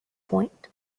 point